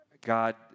God